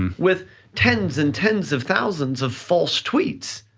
um with tens and tens of thousands of false tweets,